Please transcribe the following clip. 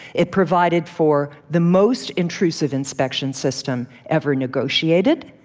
it provided for the most intrusive inspection system ever negotiated,